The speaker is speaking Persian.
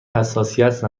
حساسیت